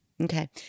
okay